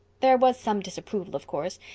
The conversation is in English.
there was some disapproval, of course,